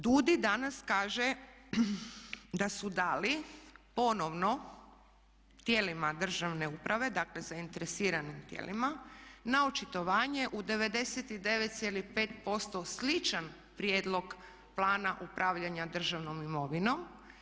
DUDI danas kaže da su dali ponovno tijelima državne uprave, dakle zainteresiranim tijelima na očitovanje u 99,5% sličan prijedlog plana upravljanja državnom imovinom.